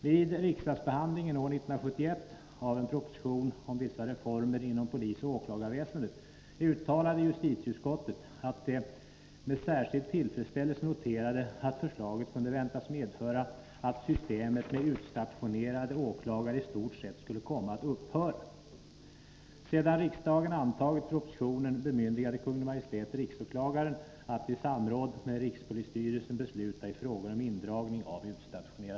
Vid riksdagsbehandlingen år 1971 av en proposition om vissa reformer inom polisoch åklagarväsendet uttalade justitieutskottet att det med särskild tillfredsställelse noterade att förslaget kunde väntas medföra att systemet med utstationerade åklagare i stort sett skulle komma att upphöra.